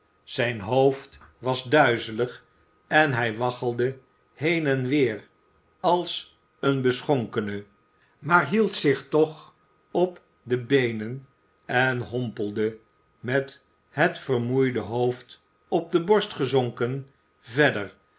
zijn hoofd was duizelig en hij waggelde heen en weer als een beschonkerie maar hield zich toch op de beenen en hompelde met het vermoeide hoofd op de borst gezonken verder